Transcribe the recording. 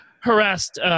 harassed